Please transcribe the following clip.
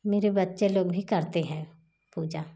मेरे बच्चे लोग भी करते हैं पूजा